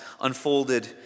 unfolded